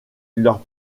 leur